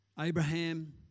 Abraham